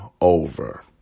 over